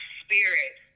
spirit